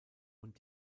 und